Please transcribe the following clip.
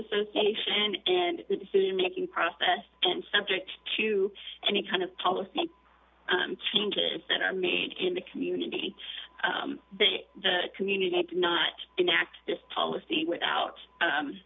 association and the decision making process and subject to any kind of policy changes that are made in the community that the community would not enact this policy without